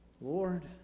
Lord